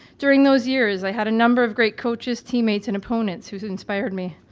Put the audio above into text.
during those years i had a number of great coaches, teammates and opponents who inspired me.